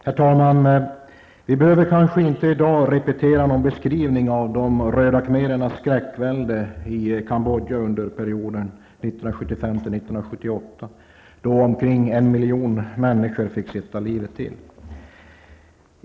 Herr talman! Vi behöver i dag kanske inte repetera beskrivningarna av de röda khmerernas skräckvälde under perioden 1975--1978, då omkring en miljon människor fick sätta livet till.